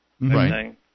Right